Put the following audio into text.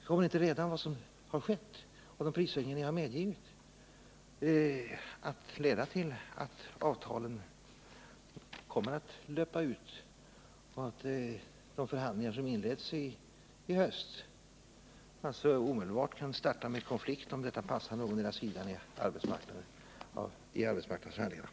Kommer inte redan de prishöjningar ni har medgivit att leda till att avtalen kommer att löpa ut och att de förhandlingar som inleds i höst omedelbart kan starta med konflikt om detta passar någondera sidan i arbetsmarknadsförhandlingarna?